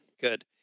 good